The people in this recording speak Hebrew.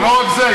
זה לא רק זה.